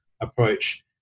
approach